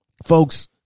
Folks